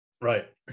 Right